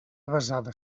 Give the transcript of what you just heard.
avesada